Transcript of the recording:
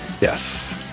Yes